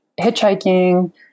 hitchhiking